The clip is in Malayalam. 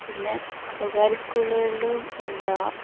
പിന്നെ സ്വകാര്യ സ്കൂളുകളിലും എന്താണ്